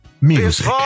music